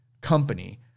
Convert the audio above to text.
company